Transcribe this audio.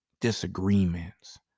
disagreements